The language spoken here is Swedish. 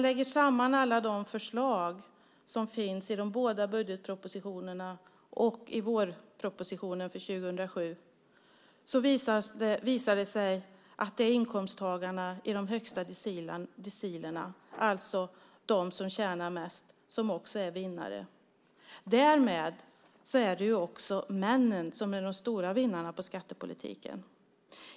Lägger man samman alla de förslag som finns i båda budgetpropositionerna och i vårpropositionen för 2007 visar det sig att det är inkomsttagarna i de högsta decilerna, alltså de som tjänar mest, som är vinnarna. Därmed är det också männen som är de stora vinnarna i skattepolitiken.